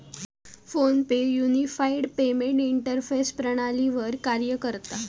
phone पे unified payment interface प्रणालीवर कार्य करता